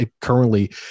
currently